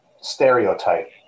stereotype